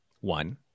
One